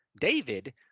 David